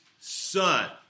Son